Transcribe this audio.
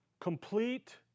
complete